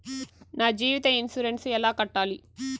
నా జీవిత ఇన్సూరెన్సు ఎలా కట్టాలి?